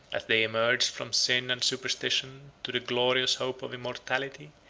as they emerged from sin and superstition to the glorious hope of immortality,